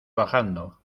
bajando